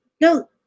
no